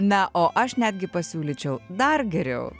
na o aš netgi pasiūlyčiau dar geriau